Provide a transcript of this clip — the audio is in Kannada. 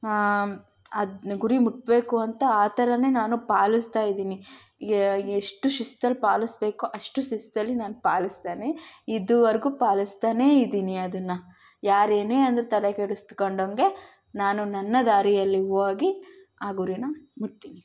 ಅದು ಗುರಿ ಮುಟ್ಟಬೇಕು ಅಂತ ಆ ಥರನೇ ನಾನು ಪಾಲಿಸ್ತಾ ಇದ್ದೀನಿ ಎಷ್ಟು ಶಿಸ್ತಲ್ಲಿ ಪಾಲಿಸ್ಬೇಕೋ ಅಷ್ಟು ಶಿಸ್ತಲ್ಲಿ ನಾನು ಪಾಲಿಸ್ತೇನೆ ಇದುವರೆಗೂ ಪಾಲಿಸ್ತಾನೇ ಇದ್ದೀನಿ ಅದನ್ನ ಯಾರು ಏನೇ ಅಂದರೂ ತಲೆಕೆಡ್ಸ್ಕೊಂಡಂಗೆ ನಾನು ನನ್ನ ದಾರಿಯಲ್ಲಿ ಹೋಗಿ ಆ ಗುರಿನ ಮುಟ್ತೀನಿ